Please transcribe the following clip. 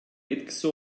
etkisi